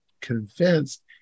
convinced